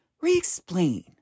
re-explain